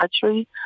country